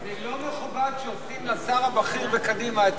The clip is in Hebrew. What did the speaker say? זה לא מכובד שעושים לשר הבכיר בקדימה את,